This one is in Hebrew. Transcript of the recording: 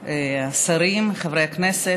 השרים, חברי הכנסת,